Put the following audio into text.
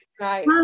right